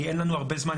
כי אין לנו הרבה זמן.